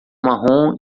marrom